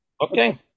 Okay